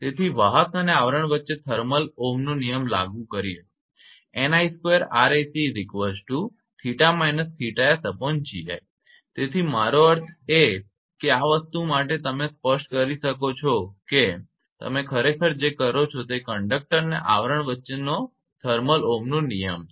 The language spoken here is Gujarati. તેથી વાહક અને આવરણ વચ્ચે થર્મલ ઓહ્મ નિયમ લાગુ કરવો તેથી મારો અર્થ એ છે કે આ વસ્તુ સાથે તમે સ્પષ્ટ કરી શકો છો કે તમે ખરેખર જે કરો છો તે કંડક્ટર અને આવરણ વચ્ચેનો થર્મલ ઓહ્મ નિયમ છે